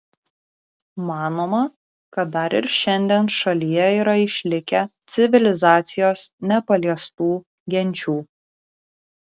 manoma kad dar ir šiandien šalyje yra išlikę civilizacijos nepaliestų genčių